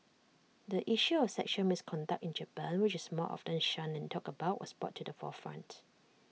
the issue of sexual misconduct in Japan which is more often shunned than talked about was brought to the forefront